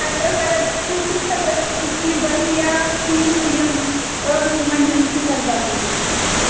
ژھٹہٕ رَس اگر چھُوٕ تہٕ ژھٕٹہٕ رَسَس سٍتۍ کھیٚوِو بَتہٕ یا کھیٚوِو یِم ٲلوٕ مۅنٛجن سٍتۍ حظ بَتہٕ وُنکیٚس